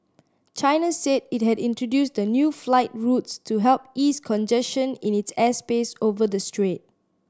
China said it had introduced the new flight routes to help ease congestion in its airspace over the strait